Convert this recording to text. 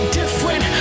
different